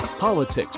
politics